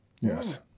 Yes